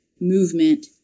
movement